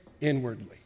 inwardly